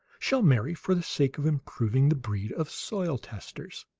shall marry for the sake of improving the breed of soil-testers.